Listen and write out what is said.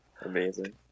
Amazing